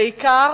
בעיקר